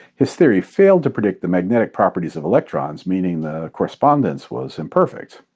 his theory failed to predict the magnetic properties of electrons, meaning the correspondence was imperfect.